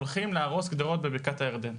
הולכים להרוס גדרות בבקעת הירדן.